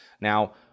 Now